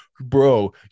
bro